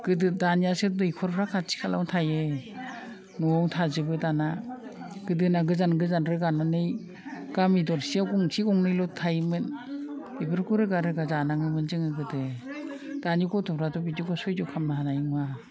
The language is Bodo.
गोदो दानियासो दैखरफोरा खाथि खालायावनो थायो न'आव थाजोबो दाना गोदोना गोजान गोजान रोगानानै गामि दरसेयाव गंसे गंनैल' थायोमोन बेफोरखौ रोगा रोगा जानाङोमोन जोङो गोदो दानि गथ'फ्राथ' बिदि सैज्य' खालामनो हानाय नङा